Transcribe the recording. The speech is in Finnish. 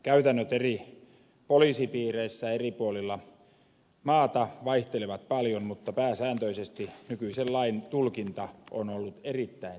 käytännöt eri poliisipiireissä eri puolilla maata vaihtelevat paljon mutta pääsääntöisesti nykyisen lain tulkinta on ollut erittäin tiukkaa